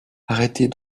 arrêtez